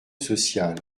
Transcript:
social